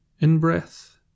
in-breath